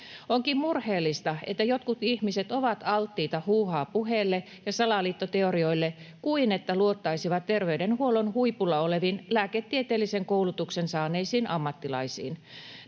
Onkin murheellista, että jotkut ihmiset ovat alttiita huuhaa-puheelle ja salaliittoteorioille sen sijaan, että luottaisivat terveydenhuollon huipulla oleviin lääketieteellisen koulutuksen saaneisiin ammattilaisiin.